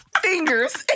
fingers